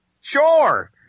Sure